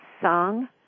song